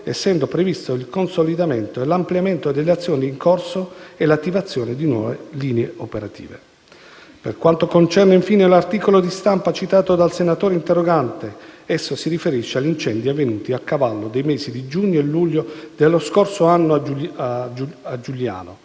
essendo previsto il consolidamento e l'ampliamento delle azioni in corso e l'attivazione di nuove linee operative. Per quanto concerne, infine, l'articolo di stampa citato dal senatore interrogante, esso si riferisce agli incendi avvenuti a cavallo dei mesi di giugno e luglio dello scorso anno a Giugliano,